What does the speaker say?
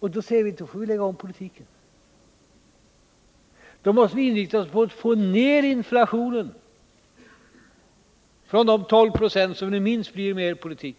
Därför säger vi: Då får vi lägga om politiken. Då måste vi inrikta oss på att få ned inflationen från de 12 96 som det minst blir med er politik